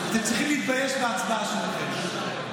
אתם צריכים להתבייש בהצבעה שלכם.